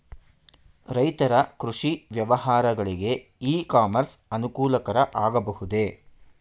ರೈತರ ಕೃಷಿ ವ್ಯವಹಾರಗಳಿಗೆ ಇ ಕಾಮರ್ಸ್ ಅನುಕೂಲಕರ ಆಗಬಹುದೇ?